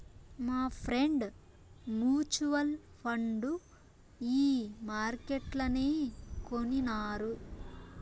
మాఫ్రెండ్ mutual fund ఈ మార్కెట్లనే కొనినారు